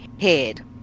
head